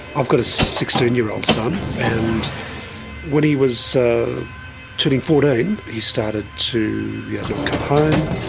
i've got a sixteen year old son, and when he was so tipping fourteen, he started to yeah not come home,